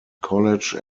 college